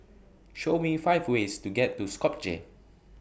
Show Me five ways to get to Skopje